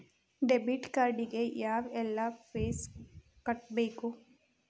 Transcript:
debit card ಗೆ ಯಾವ್ಎಲ್ಲಾ fees ಕಟ್ಬೇಕು